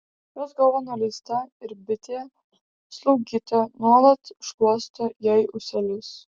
jos galva nuleista ir bitė slaugytoja nuolat šluosto jai ūselius